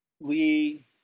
Lee